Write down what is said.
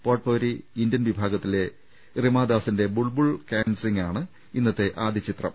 pot പൌരി Indian വിഭാ ഗത്തിലെ റിമാദാസിന്റെ ബുൾബുൾ കാൻ സിംഗ് ആണ് ഇന്നത്തെ ആദ്യ ചിത്രം